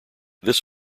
this